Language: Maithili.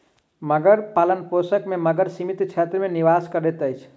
मगर पालनपोषण में मगर सीमित क्षेत्र में निवास करैत अछि